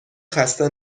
خسته